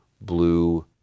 blue